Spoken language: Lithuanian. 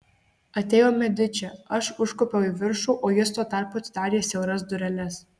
atėjo mediči aš užkopiau į viršų o jis tuo tarpu atidarė siauras dureles